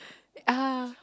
ah